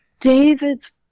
David's